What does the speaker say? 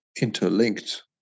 interlinked